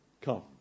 Come